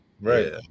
Right